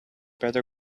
better